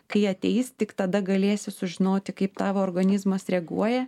kai ateis tik tada galėsi sužinoti kaip tavo organizmas reaguoja